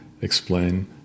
explain